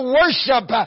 worship